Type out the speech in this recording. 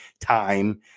time